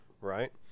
right